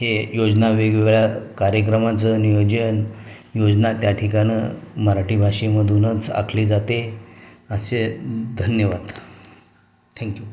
हे योजना वेगवेगळ्या कार्यक्रमांचं नियोजन योजना त्या ठिकाणी मराठी भाषेमधूनच आखली जाते असे धन्यवाद थँक्यू